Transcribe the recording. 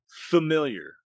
familiar